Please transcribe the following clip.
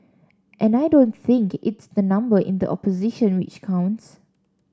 and I don't think it's the number in the opposition which counts